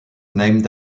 named